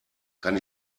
kann